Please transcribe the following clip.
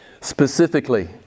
specifically